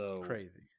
Crazy